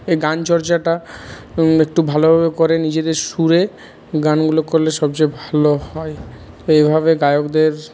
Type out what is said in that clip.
এই গান চর্চাটা একটু ভালোভাবে করে নিজেদের সুরে গানগুলো করলে সবচেয়ে ভালো হয় এইভাবে গায়কদের